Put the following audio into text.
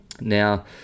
Now